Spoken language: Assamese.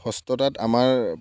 হস্ত তাঁত আমাৰ